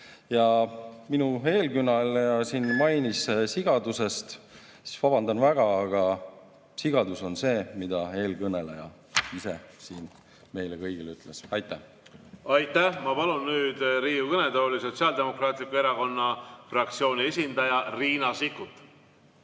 Ja minu eelkõneleja mainis sigadust. Vabandan väga, sigadus on see, mida eelkõneleja ise siin meile kõigile ütles. Aitäh! Aitäh! Ma palun nüüd Riigikogu kõnetooli Sotsiaaldemokraatliku Erakonna fraktsiooni esindaja Riina Sikkuti.